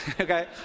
Okay